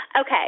Okay